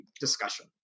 discussion